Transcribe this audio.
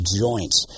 joints